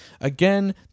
again